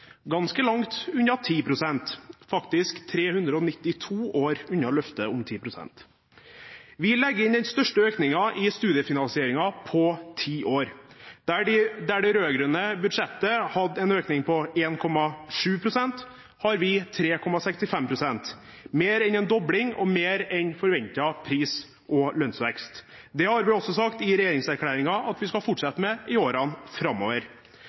ganske langt unna 10 pst. Det er faktisk 392 år unna løftet om 10 pst. Vi legger inn den største økningen i studiefinansieringen på ti år. Der det rød-grønne budsjettet hadde en økning på 1,7 pst., har vi en økning på 3,65 pst. Det er mer enn en dobling, og det er mer enn forventet pris- og lønnsvekst. Det har vi også sagt i regjeringserklæringen at vi skal fortsette med i årene framover.